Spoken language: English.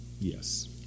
Yes